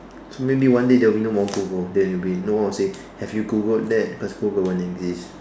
so maybe one day there'll be no more Google then it'll be no one will say have you Googled that cause Google won't exist